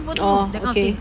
orh okay